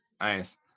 nice